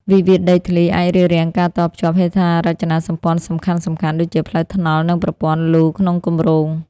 វិវាទដីធ្លីអាចរារាំងការតភ្ជាប់ហេដ្ឋារចនាសម្ព័ន្ធសំខាន់ៗ ដូចជាផ្លូវថ្នល់ និងប្រព័ន្ធលូក្នុងគម្រោង។